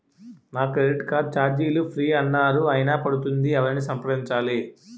నా credit card ఛార్జీలు free అన్నారు అయినా పడుతుంది ఎవరిని సంప్రదించాలి?